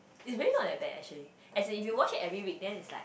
is really not that bad actually as if you wash it every week then is like